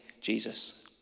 Jesus